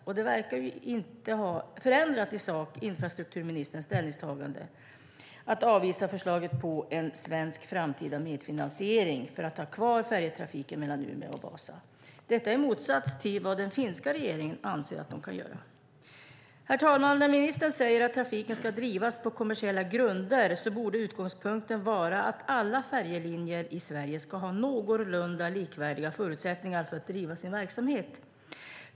Men det verkar inte i sak ha förändrat infrastrukturministerns ställningstagande att avvisa förslaget om en framtida svensk medfinansiering för att ha kvar färjetrafiken mellan Umeå och Vasa, detta i motsats till vad den finska regeringen anser att den kan göra. Herr talman! När ministern säger att trafiken ska drivas på kommersiella grunder borde utgångspunkten vara att alla färjelinjer i Sverige ska ha någorlunda likvärdiga förutsättningar för att driva sin verksamhet.